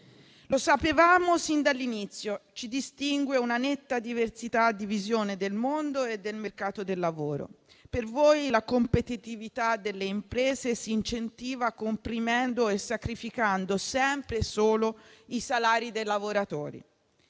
Lo sapevamo sin dall'inizio: ci distingue una netta diversità di visione del mondo e del mercato del lavoro. Per voi la competitività delle imprese si incentiva comprimendo e sacrificando sempre e solo i salari dei lavoratori.